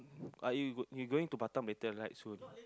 uh you go you going to Batam later right soon